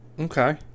Okay